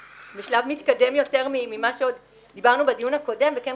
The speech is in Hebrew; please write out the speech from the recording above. בשלב יותר מתקדם ממה שהיה בדיון הקודם, ומכיוון